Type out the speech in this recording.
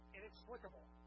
inexplicable